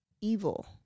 evil